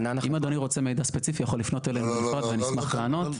אם אדוני רוצה מידע ספציפי הוא יכול לפנות אלינו ונשמח לענות,